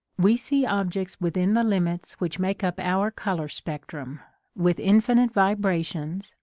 we see objects within the limits which make up our colour spectrum, with infinite vibrations,